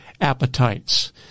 appetites